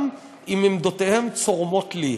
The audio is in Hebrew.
גם אם עמדותיהם צורמות לי,